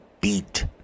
beat